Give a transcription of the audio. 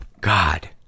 God